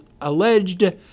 alleged